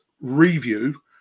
review